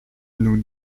nous